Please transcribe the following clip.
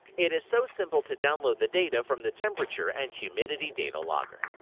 it is so simple to download the data from the temperature and humidity data logger.